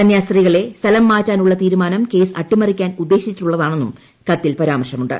കന്യാസ്ത്രീകളെ സ്ഥലംമാറ്റാനുള്ള തീരുമാനം കേസ് അട്ടിമറിക്കാൻ ഉദ്ദേശിച്ചുള്ളതാണെന്നും കത്തിൽ പരാമർശമുണ്ട്